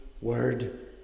word